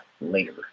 later